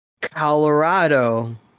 Colorado